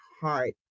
heart